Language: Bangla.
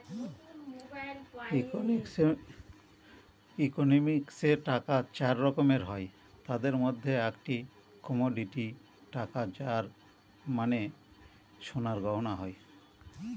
ইকোনমিক্সে টাকা চার রকমের হয় তাদের মধ্যে একটি কমোডিটি টাকা যার মানে সোনার গয়না হয়